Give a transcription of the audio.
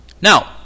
Now